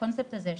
הקונספט הזה,